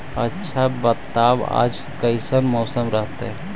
आच्छा बताब आज कैसन मौसम रहतैय?